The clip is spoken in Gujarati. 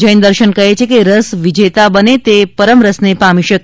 જૈન દર્શન કહે છે કે રસ વિજેતા બને તે પરમ રસને પામી શકે